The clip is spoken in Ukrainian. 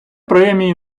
премії